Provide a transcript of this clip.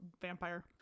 vampire